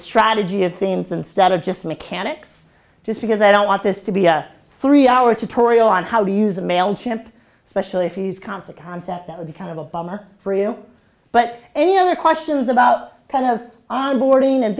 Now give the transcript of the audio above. strategy of themes instead of just mechanics just because i don't want this to be a three hour tauriel on how to use a male chimp especially if he's confidant that that would be kind of a bummer for you but any other questions about kind of on boarding and